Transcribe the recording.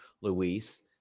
Luis